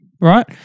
right